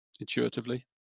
intuitively